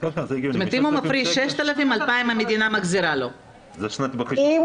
זאת אומרת אם הוא מפריש 6,000 המדינה מחזירה לו 2,000. לא,